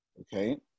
okay